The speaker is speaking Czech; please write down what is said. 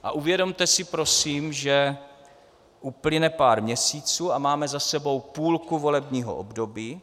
A uvědomte si prosím, že uplyne pár měsíců, a máme za sebou půlku volebního období.